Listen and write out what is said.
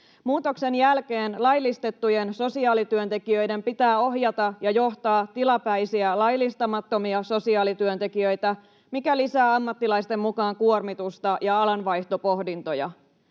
Muutoksen jälkeen laillistettujen sosiaalityöntekijöiden pitää ohjata ja johtaa tilapäisiä, laillistamattomia sosiaalityöntekijöitä, mikä lisää ammattilaisten mukaan kuormitusta ja alanvaihtopohdintoja.